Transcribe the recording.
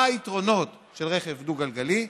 מה היתרונות של רכב דו-גלגלי?